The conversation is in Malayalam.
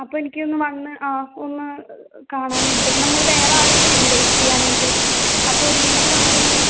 അപ്പം എനിക്കൊന്ന് വന്ന് ആ ഒന്ന് കാണാൻ വേണ്ടീട്ട് നമ്മൾ വേറാളൊക്കെയുണ്ട് ചെയ്യാനായിട്ട് അപ്പോൾ ഒരുമിച്ച് കണ്ടൊന്ന്